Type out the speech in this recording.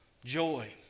Joy